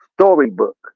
storybook